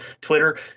Twitter